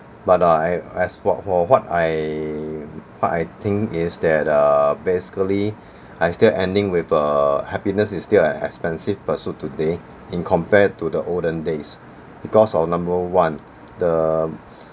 but I uh uh as what for what I what I think is that err basically I still ending with err happiness is still an expensive pursuit today in compared to the olden days because number one the